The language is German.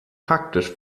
praktisch